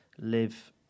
live